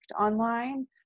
online